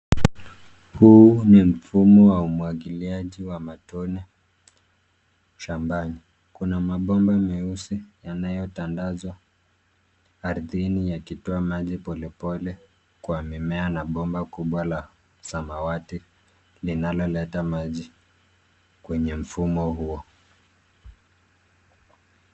Huu ni mfumo wa umwagiliaji wa matone shambani. Kuna mabomba meusi yanayotandazwa ardhini yakitoa maji pole pole kwa mimea na bomba kubwa la samawati linalo leta maji kwenye mfumo huo.